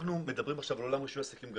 אנחנו מדברים עכשיו על עולם רישוי גדול.